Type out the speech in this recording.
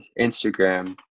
instagram